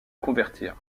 convertir